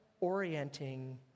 orienting